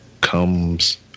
comes